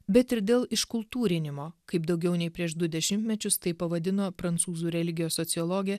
bet ir dėl iškultūrinimo kaip daugiau nei prieš du dešimtmečius tai pavadino prancūzų religijos sociologė